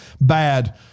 bad